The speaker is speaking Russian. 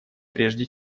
прежде